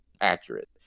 accurate